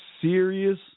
serious